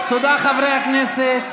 טוב, תודה, חברי הכנסת.